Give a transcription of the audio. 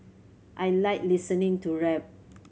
I like listening to rap